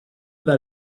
that